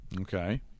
Okay